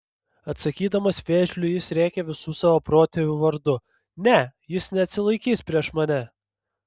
atsakydamas vėžliui jis rėkia visų savo protėvių vardu ne jis neatsilaikys prieš mane